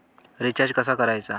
Recharge कसा करायचा?